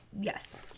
Yes